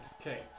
Okay